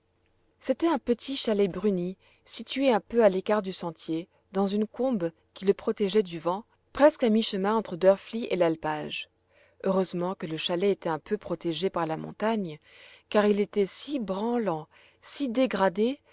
c'était un petit chalet bruni situé un peu à l'écart du sentier dans une combe qui le protégeait du vent presque à mi-chemin entre drfli et l'alpage heureusement que le chalet était un peu protégé par la montagne car il était si branlant si dégradé